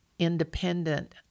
independent